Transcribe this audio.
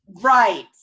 Right